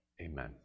Amen